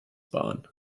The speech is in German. bahn